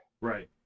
Right